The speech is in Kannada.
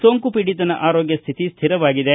ಸೋಂಕು ಪೀಡಿತನ ಆರೋಗ್ಯ ಸ್ಹಿತಿ ಸ್ಹಿರವಾಗಿದೆ